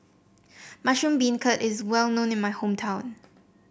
Mushroom Beancurd is well known in my hometown